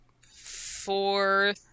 four